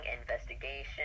investigation